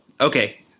Okay